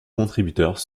contributeurs